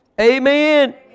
Amen